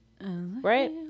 right